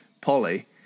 Polly